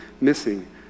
missing